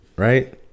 Right